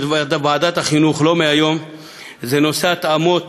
ועדת החינוך לא מהיום הוא נושא ההתאמות